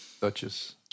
Duchess